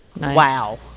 Wow